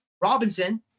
Robinson